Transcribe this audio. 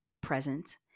present